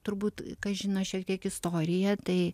turbūt kas žino šiek tiek istoriją tai